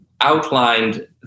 outlined